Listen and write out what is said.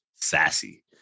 sassy